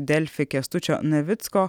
delfi kęstučio navicko